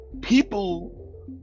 people